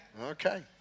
Okay